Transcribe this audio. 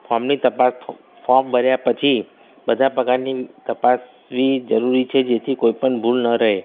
ફોમની તપાસ ફોમ ભર્યાં પછી બધા પ્રકારની તપાસવી જરૂરી છે જેથી કોઇપણ ભૂલ ન રહે